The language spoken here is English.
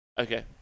Okay